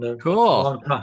Cool